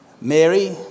Mary